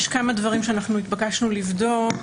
יש כמה דברים שנתבקשנו לבדוק,